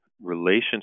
relationship